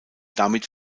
damit